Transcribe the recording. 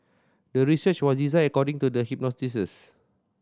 the research was designed according to the hypothesis